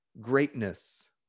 greatness